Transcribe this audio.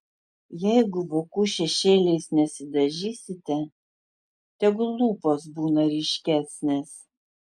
jeigu vokų šešėliais nesidažysite tegul lūpos būna ryškesnės